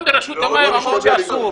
גם ברשות המים אמרו שאסור.